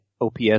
OPS